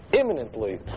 Imminently